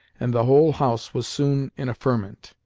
and the whole house was soon in a ferment.